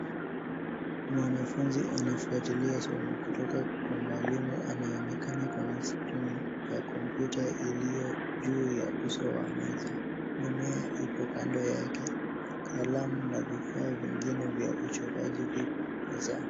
Mwanafunzi anafwatilia somo kutoka kwa mwalimu anayeonekana kwenye skrini ya kompyuta iliyo juu ya uso wa meza. Mimea iko kando yake, kalamu na vifaa vingine vya uchoraji vipo mezani.